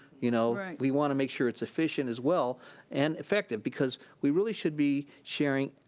you know we wanna make sure it's efficient as well and effective, because we really should be sharing